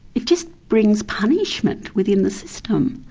it just brings punishment within the system,